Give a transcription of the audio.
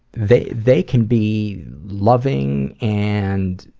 they they can be loving, and,